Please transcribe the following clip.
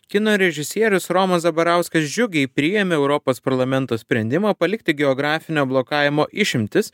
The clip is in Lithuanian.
kino režisierius romas zabarauskas džiugiai priėmė europos parlamento sprendimą palikti geografinio blokavimo išimtis